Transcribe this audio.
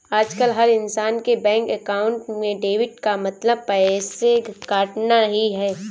आजकल हर इन्सान के बैंक अकाउंट में डेबिट का मतलब पैसे कटना ही है